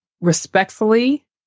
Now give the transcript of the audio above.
respectfully